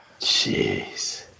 Jeez